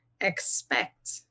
expect